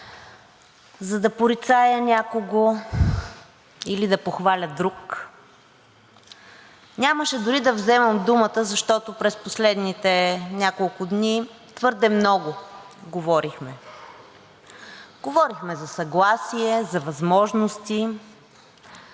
за да порицая някого или да похваля друг. Нямаше дори да вземам думата, защото през последните няколко дни твърде много говорихме. Говорихме за съгласие, за възможности,